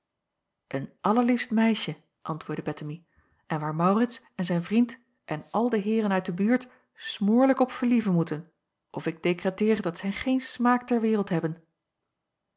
een allerliefst meisje antwoordde bettemie en waar maurits en zijn vriend en al de heeren uit de buurt smoorlijk op verlieven moeten of ik dekreteer dat zij geen smaak ter wereld hebben